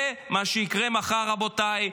זה מה שיקרה מחר, רבותיי.